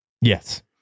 Yes